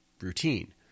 routine